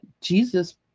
jesus